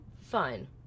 fine